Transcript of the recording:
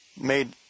made